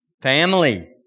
Family